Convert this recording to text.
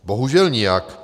Bohužel nijak.